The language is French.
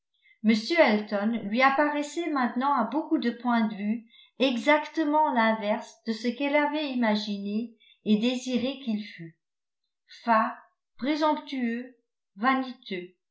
m elton lui apparaissait maintenant à beaucoup de points de vue exactement l'inverse de ce qu'elle avait imaginé et désiré qu'il fût fat présomptueux vaniteux